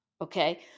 okay